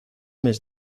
mes